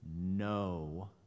no